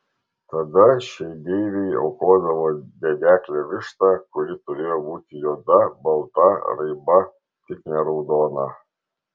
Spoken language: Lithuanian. tada šiai deivei aukodavo dedeklę vištą kuri turėjo būti juoda balta raiba tik ne raudona